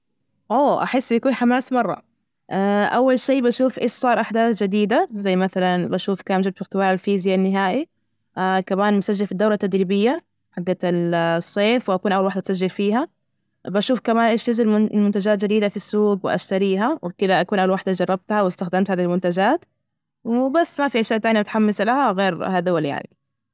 أوه، أحس يكون حماس مرة أول شي بشوف إيش صار، أحداث جديدة زي مثلا بشوف كم جبت فى اختبار الفيزياء النهائي، كمان مسجل في الدورة التدريبية حجة ال- الصيف، وأكون أول واحدة تسجل فيها، بشوف كمان إيش نزل منتجات جديدة في السوج وأشتريها، وبكده أكون اول واحدة جربتها، واستخدمت هذه المنتجات وبس، ما في أشياء ثانيه متحمس لها غير هذول يعني.